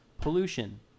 Pollution